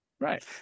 Right